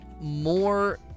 more